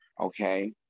Okay